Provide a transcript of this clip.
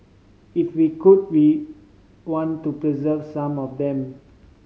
if we could we want to preserve some of them